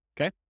Okay